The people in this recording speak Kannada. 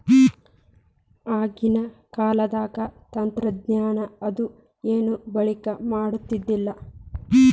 ಆಗಿನ ಕಾಲದಾಗ ತಂತ್ರಜ್ಞಾನ ಅದು ಏನು ಬಳಕೆ ಮಾಡತಿರ್ಲಿಲ್ಲಾ